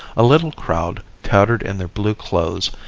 a little crowd, tattered in their blue clothes,